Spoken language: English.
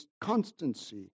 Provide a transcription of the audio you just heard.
constancy